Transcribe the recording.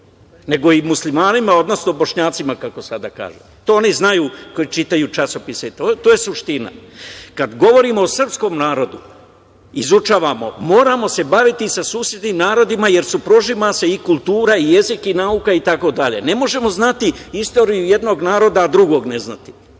nego i o muslimanima, odnosno bošnjacima kako sada kažu. To oni znaju koji čitaju časopise. To je suština. Kada govorimo o srpskom narodu, izučavamo, moramo se baviti i sa susednim narodima jer se prožima i kultura i jezik i nauka itd. Ne možemo znati istoriju jednog naroda, a drugog ne znati.